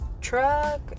truck